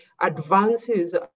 advances